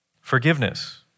Forgiveness